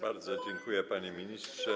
Bardzo dziękuję, panie ministrze.